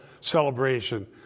celebration